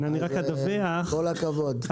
כל הכבוד.